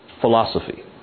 Philosophy